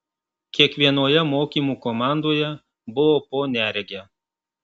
kiekvienoje mokymų komandoje buvo po neregę